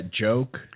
joke